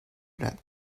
that